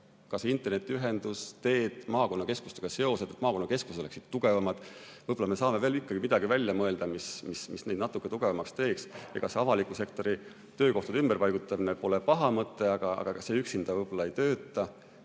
ka internetiühendus, teed, maakonnakeskustega seosed ja see, et maakonnakeskused oleksid tugevamad. Võib-olla me saame veel midagi välja mõelda, mis neid natuke tugevamaks teeks. Ega see avaliku sektori töökohtade ümberpaigutamine pole paha mõte, aga see üksinda võib-olla ei tööta.